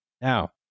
Now